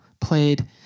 played